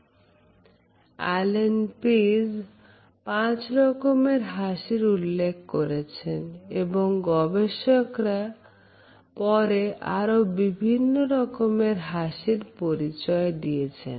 Allan Peaseপাঁচ রকমের হাসির উল্লেখ করেছেন এবং গবেষকরা পরে আরো বিভিন্ন রকমের হাসির পরিচয় দিয়েছেন